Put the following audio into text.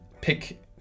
pick